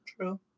True